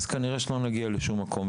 כנראה שלא נגיע לשום מקום,